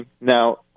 Now